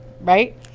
right